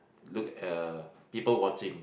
look uh people watching